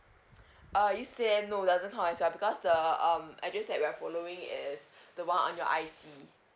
uh no doesn't count as your because the um address that we're following is the one on your I_C